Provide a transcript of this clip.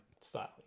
style